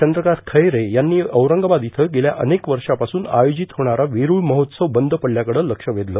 चंत्रकांत खैरे यांनी औरंगाबाद इयं गेल्या अनेक वर्षापासून आयोजित होणारा वेस्ळ महोत्सव बंद पडल्याकडे लस वेयलं